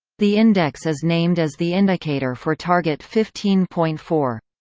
the index is named as the indicator for target fifteen point four.